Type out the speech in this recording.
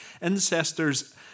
ancestors